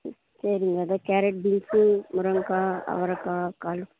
ம் சரிங்க அதுதான் கேரட் பீன்ஸ்ஸு முருங்கக்காய் அவரக்காய் காலி